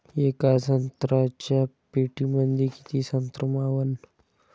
येका संत्र्याच्या पेटीमंदी किती संत्र मावन?